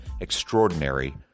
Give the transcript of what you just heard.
Extraordinary